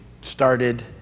started